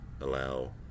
allow